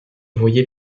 voyait